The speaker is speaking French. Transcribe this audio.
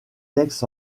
textes